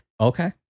Okay